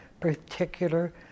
particular